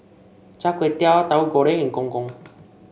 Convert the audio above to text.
Char Kway Teow Tauhu Goreng and Gong Gong